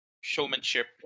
showmanship